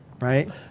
Right